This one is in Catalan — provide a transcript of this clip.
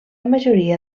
majoria